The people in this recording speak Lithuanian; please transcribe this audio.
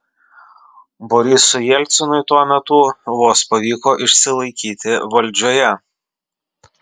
borisui jelcinui tuo metu vos pavyko išsilaikyti valdžioje